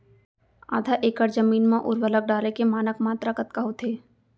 आधा एकड़ जमीन मा उर्वरक डाले के मानक मात्रा कतका होथे?